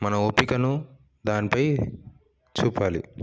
మన ఓపికను దానిపై చూపాలి